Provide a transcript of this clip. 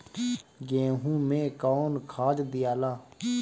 गेहूं मे कौन खाद दियाला?